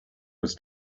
was